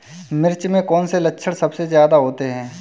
मिर्च में कौन से लक्षण सबसे ज्यादा होते हैं?